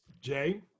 Jay